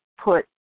put